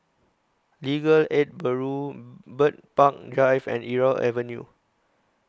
Legal Aid Bureau Bird Park Drive and Irau Avenue